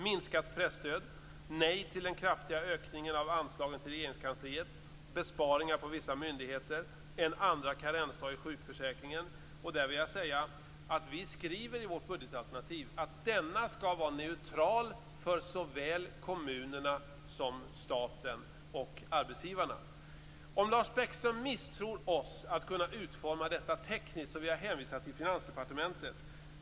Minskat presstöd, nej till den kraftiga ökningen av anslagen till Regeringskansliet, besparingar på vissa myndigheter, en andra karensdag i sjukförsäkringen, och där vill jag säga att vi skriver i vårt budgetalternativ att denna skall vara neutral för såväl kommunerna som för staten och arbetsgivarna. Om Lars Bäckström misstror oss att kunna utforma detta tekniskt, vill jag hänvisa till Finansdepartementet.